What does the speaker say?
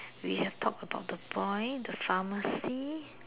we have talked about the boy the pharmacy